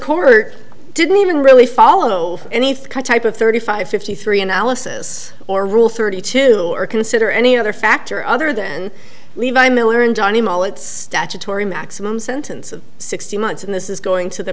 court didn't even really follow anything type of thirty five fifty three analysis or rule thirty two or consider any other factor other than levi miller and johnny mollett statutory maximum sentence of sixty months and this is going to the